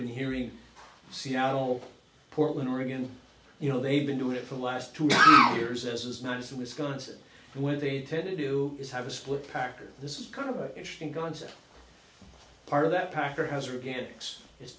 been hearing seattle portland oregon you know they've been doing it for the last two years this is not just wisconsin where they need to do is have a split packers this is kind of an interesting concept part of that packer has or again it's